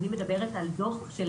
אני מדברת על דוח של